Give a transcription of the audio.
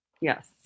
Yes